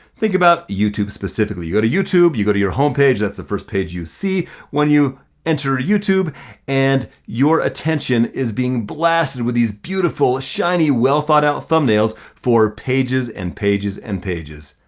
think about youtube specifically, you go to youtube, you go to your homepage, that's the first page you see when you enter youtube and your attention is being blasted with these beautiful, shiny, well-thought out thumbnails for pages and pages and pages.